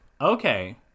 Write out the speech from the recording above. okay